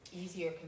easier